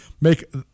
make